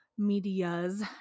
medias